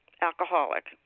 alcoholic